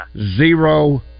zero